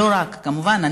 כמובן,